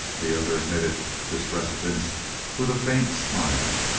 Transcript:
the other admitted this reticence with a faint smile.